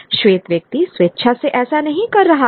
श्वेत व्यक्ति स्वेच्छा से ऐसा नहीं कर रहा है